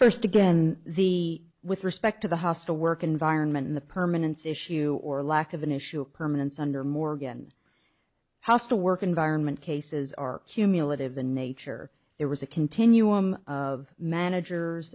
first again the with respect to the hostile work environment and the permanence issue or lack of an issue of permanence under morgan hostile work environment cases are cumulative the nature there was a continuum of managers